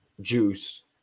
Juice